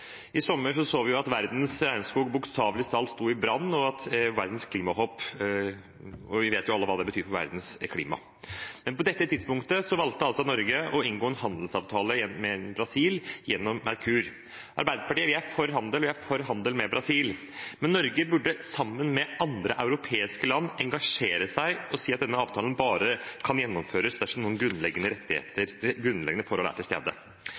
I sommer så vi at verdens regnskog bokstavelig talt sto i brann, og vi vet jo alle hva det betyr for verdens klima. Men på dette tidspunktet valgte altså Norge å inngå en handelsavtale med Brasil gjennom Mercosur. Vi i Arbeiderpartiet er for handel, og vi er for handel med Brasil, men Norge burde – sammen med andre europeiske land – engasjere seg og si at denne avtalen bare kan gjennomføres dersom noen grunnleggende forhold er til stede.